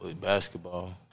Basketball